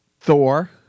Thor